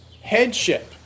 headship